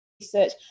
research